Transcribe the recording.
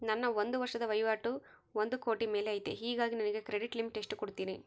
ನನ್ನ ಒಂದು ವರ್ಷದ ವಹಿವಾಟು ಒಂದು ಕೋಟಿ ಮೇಲೆ ಐತೆ ಹೇಗಾಗಿ ನನಗೆ ಕ್ರೆಡಿಟ್ ಲಿಮಿಟ್ ಎಷ್ಟು ಕೊಡ್ತೇರಿ?